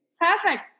Perfect